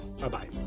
Bye-bye